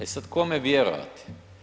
E sad kome vjerovati.